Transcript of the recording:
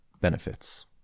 benefits